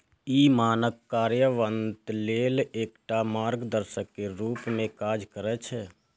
ई मानक कार्यान्वयन लेल एकटा मार्गदर्शक के रूप मे काज करै छै